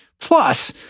Plus